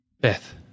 Beth